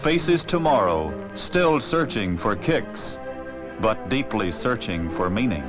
faces tomorrow still searching for kicks but deeply searching for me